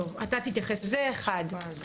זה דבר אחד.